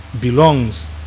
belongs